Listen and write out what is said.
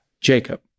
Jacob